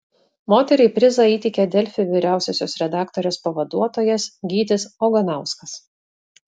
moteriai prizą įteikė delfi vyriausiosios redaktorės pavaduotojas gytis oganauskas